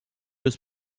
deux